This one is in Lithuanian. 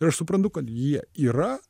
ir aš suprantu kad jie yra